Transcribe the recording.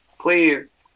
please